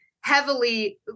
heavily